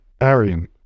Arian